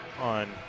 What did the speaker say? On